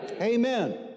Amen